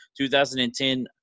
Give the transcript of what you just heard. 2010